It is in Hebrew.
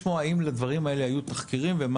אני רוצה לשמוע האם לדברים האלה היו תחקירים ומה